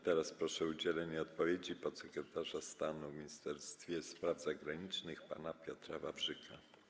Teraz proszę o udzielenie odpowiedzi podsekretarza stanu w Ministerstwie Spraw Zagranicznych pana Piotra Wawrzyka.